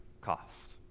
cost